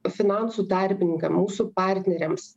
finansų tarpininkam mūsų partneriams